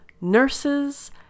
nurses